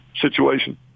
situation